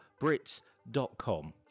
brits.com